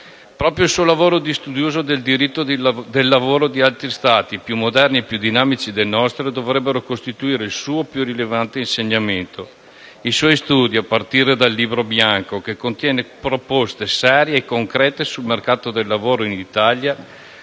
Proprio il suo lavoro di studioso del diritto del lavoro di altri Stati più moderni e dinamici del nostro dovrebbe costituire il suo più rilevante insegnamento. I suoi studi, a partire dal Libro bianco, che contiene proposte serie e concrete sul mercato del lavoro in Italia